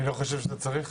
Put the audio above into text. אני לא חושב שאתה צריך.